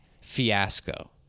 Fiasco